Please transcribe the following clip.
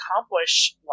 accomplish